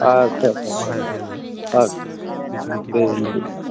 आस्सा सा सा सा आस्सा दे